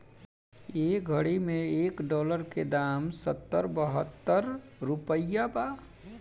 ए घड़ी मे एक डॉलर के दाम सत्तर बहतर रुपइया बा